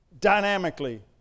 dynamically